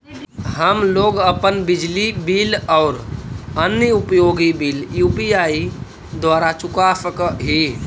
हम लोग अपन बिजली बिल और अन्य उपयोगि बिल यू.पी.आई द्वारा चुका सक ही